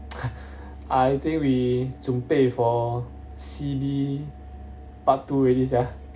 I think we 准备 for C_B part two already sia